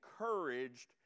encouraged